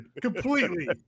Completely